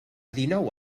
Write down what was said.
dinou